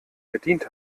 verdient